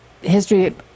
history